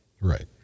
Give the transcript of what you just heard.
Right